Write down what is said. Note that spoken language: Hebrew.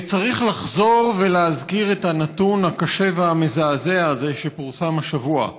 צריך לחזור ולהזכיר את הנתון הקשה והמזעזע הזה שפורסם השבוע: